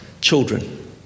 children